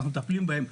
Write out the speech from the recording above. אנחנו מטפלים בהן,